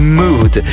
mood